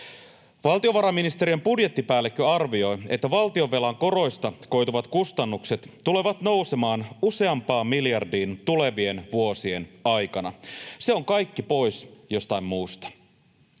Valtiovarainministeriön budjettipäällikkö arvioi, että valtionvelan koroista koituvat kustannukset tulevat nousemaan useampaan miljardiin tulevien vuosien aikana. Se on kaikki pois jostain muusta.